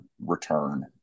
return